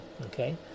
okay